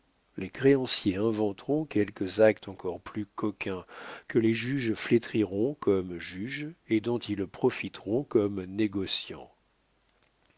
les créanciers inventeront quelques actes encore plus coquins que les juges flétriront comme juges et dont ils profiteront comme négociants